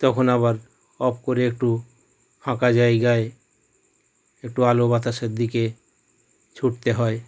তখন আবার অফ করে একটু ফাঁকা জায়গায় একটু আলো বাতাসের দিকে ছুটতে হয়